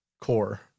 core